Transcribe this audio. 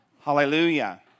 Hallelujah